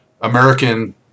American